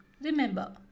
Remember